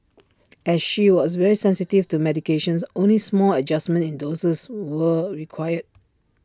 as she was very sensitive to medications only small adjustments in doses were required